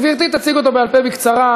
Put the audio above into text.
גברתי תציג אותו בעל-פה בקצרה.